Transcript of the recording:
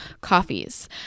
coffees